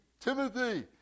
Timothy